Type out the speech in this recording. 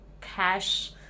cash